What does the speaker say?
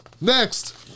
Next